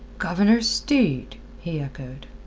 governor steed! he echoed.